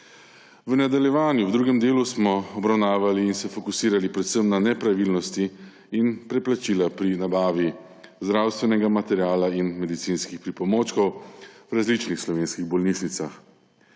V nadaljevanju v drugem delu smo obravnavali in se fokusirali predvsem na nepravilnosti in preplačila pri nabavi zdravstvenega materiala in medicinskih pripomočkov v različnih slovenskih bolnišnicah.